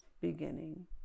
beginning